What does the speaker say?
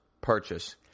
purchase